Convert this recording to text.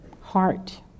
heart